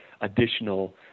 additional